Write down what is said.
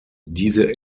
diese